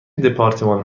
دپارتمان